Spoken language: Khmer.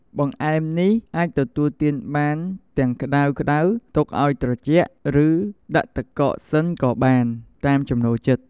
បង្អែមនេះអាចទទួលទានបានទាំងក្ដៅៗ ទុកឱ្យត្រជាក់ ឬដាក់ទឹកកកសិនក៏បាន តាមចំណូលចិត្ត។